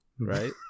right